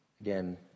Again